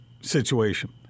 situation